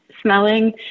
smelling